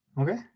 okay